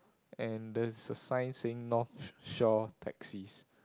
and there is a sign saying North Shore taxis